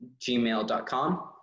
gmail.com